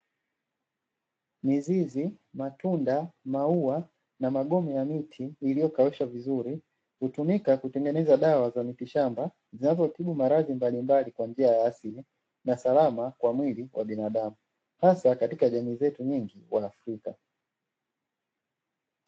Mizizi, matunda, maua na magome ya miti iliyokaushwa vizuri; hutumika kutengeneza dawa za mitishamba zinazotibu maradhi mbalimbali kwa njia ya asili na usalama kwa mwili wa binadamu, hasa katika jamii zetu nyingi waafrika.